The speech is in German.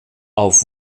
auf